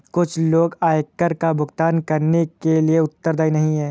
कुछ लोग आयकर का भुगतान करने के लिए उत्तरदायी नहीं हैं